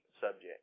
subject